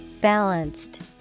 Balanced